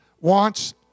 wants